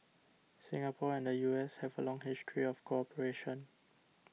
Singapore and the U S have a long history of cooperation